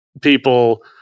people